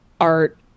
art